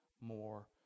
more